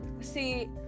see